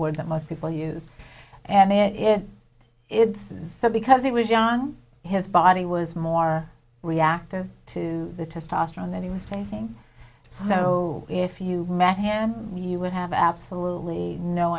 word that most people use and it it says so because it was young his body was more reactive to the testosterone that he was taking so if you met him you would have absolutely no